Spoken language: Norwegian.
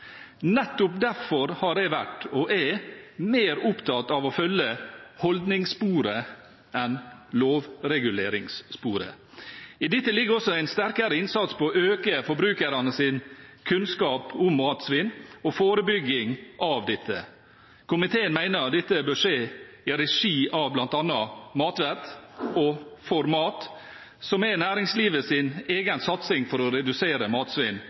Nettopp derfor har jeg vært, og er, mer opptatt av å følge holdningssporet enn lovreguleringssporet. I dette ligger det også en sterkere innsats for å øke forbrukernes kunnskap om matsvinn og forebygging av dette. Komiteen mener dette bør skje i regi av bl.a. Matvett og ForMat, som er næringslivets egen satsing for å redusere matsvinn